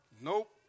Nope